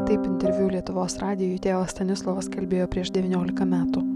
taip interviu lietuvos radijui tėvas stanislovas kalbėjo prieš devyniolika metų